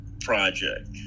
project